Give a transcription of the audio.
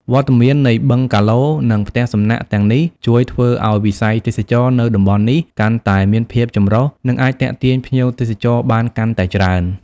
វត្តមាននៃបឹងហ្គាឡូ និងផ្ទះសំណាក់ទាំងនេះជួយធ្វើឲ្យវិស័យទេសចរណ៍នៅតំបន់នេះកាន់តែមានភាពចម្រុះ និងអាចទាក់ទាញភ្ញៀវទេសចរបានកាន់តែច្រើន។